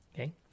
Okay